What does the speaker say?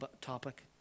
topic